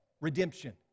Redemption